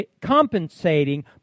compensating